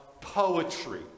poetry